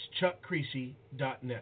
chuckcreasy.net